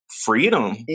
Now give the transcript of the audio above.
freedom